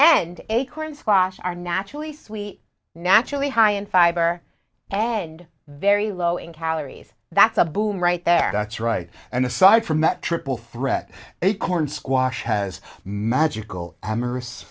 and acorn squash are naturally sweet naturally high in fiber and very low in calories that's a boom right there that's right and aside from that triple threat acorn squash has magical amorous